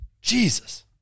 Jesus